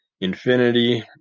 Infinity